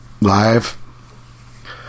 live